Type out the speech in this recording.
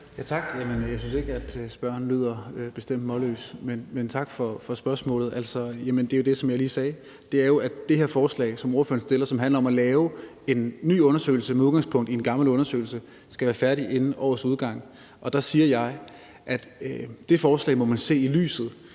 Tak. Jeg synes ikke, at spørgeren lyder målløs, men tak for spørgsmålet. Men det er jo det, som jeg lige sagde i forhold til det forslag, som ordføreren her fremsætter, og som handler om at lave en ny undersøgelse, der med udgangspunkt i en gammel undersøgelse skal være færdig inden årets udgang. Der siger jeg, at man må se det